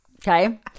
Okay